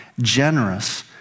generous